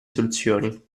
soluzioni